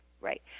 Right